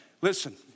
Listen